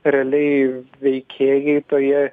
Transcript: realiai veikėjai toje